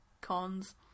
Cons